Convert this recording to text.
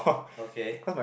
okay